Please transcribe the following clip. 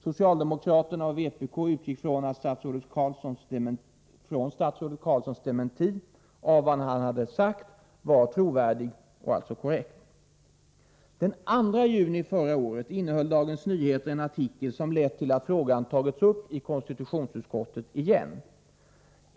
Socialdemokraterna och vpk utgick från att statsrådet Carlssons dementi beträffande hans yttrande var trovärdig och alltså korrekt. Den 2 juni förra året innehöll Dagens Nyheter en artikel som lett till att frågan tagits upp i konstitutionsutskottet igen.